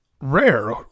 rare